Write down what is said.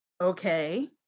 Okay